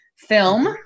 film